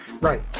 Right